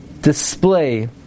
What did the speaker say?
display